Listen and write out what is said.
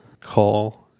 call